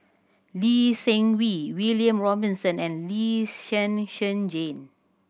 Lee Seng Wee William Robinson and Lee Zhen Zhen Jane